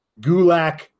Gulak